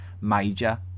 major